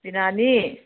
ꯕꯤꯅꯥꯔꯥꯅꯤ